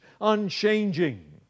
unchanging